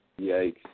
Yikes